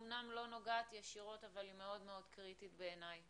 היא אמנם לא נוגעת ישירות אבל היא מאוד מאוד קריטית בעיניי